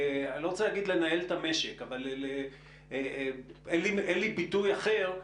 לא רוצה להגיד לנהל את המשק אבל אין לי ביטוי אחר,